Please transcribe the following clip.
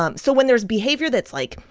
um so when there's behavior that's, like,